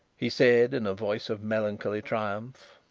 he said, in a voice of melancholy triumph.